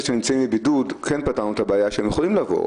הכנסת שנמצאים בבידוד שהם יכולים לבוא.